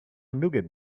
nougat